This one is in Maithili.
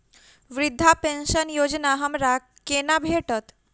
वृद्धा पेंशन योजना हमरा केना भेटत?